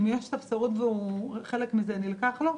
אם יש ספסרות וחלק מזה נלקח ממנו,